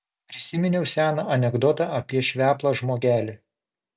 prisiminiau seną anekdotą apie šveplą žmogelį